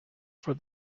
for